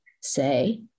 say